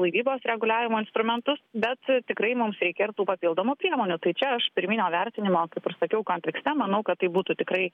laivybos reguliavimo instrumentus bet tikrai mums reikia ir tų papildomų priemonių tai čia aš pirminio vertinimo kaip ir sakiau kontekste manau kad būtų tikrai